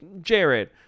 Jared